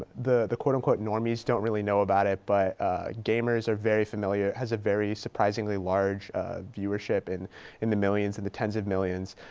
the the quote unquote normies don't really know about it, but gamers are very familiar, has a very surprisingly large viewership and in the millions and the tens of millions.